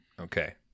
Okay